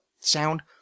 sound